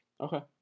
Okay